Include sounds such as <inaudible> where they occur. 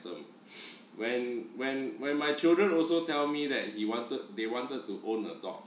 <breath> when when when my children also tell me that he wanted they wanted to own a dog